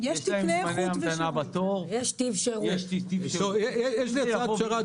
אם נראה שזה פוגע אנחנו נתערב, יש לנו סמכות.